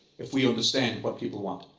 if we understand what people want.